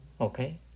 okay